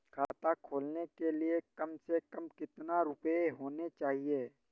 खाता खोलने के लिए कम से कम कितना रूपए होने चाहिए?